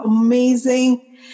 amazing